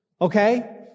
Okay